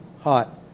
hot